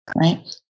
right